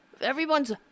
everyone's